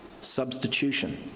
substitution